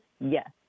Yes